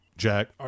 jack